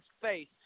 face